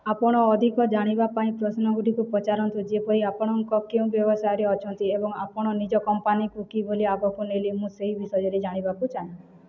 ଆପଣ ଅଧିକ ଜାଣିବା ପାଇଁ ପ୍ରଶ୍ନଗୁଡ଼ିକୁ ପଚାରନ୍ତୁ ଯେପରି ଆପଣଙ୍କ କେଉଁ ବ୍ୟବସାୟରେ ଅଛନ୍ତି ଏବଂ ଆପଣ ନିଜ କମ୍ପାନୀକୁ କିଭଲି ଆଗକୁ ନେଲେ ମୁଁ ସେହି ବିଷୟରେ ଜାଣିବାକୁ ଚାହେଁ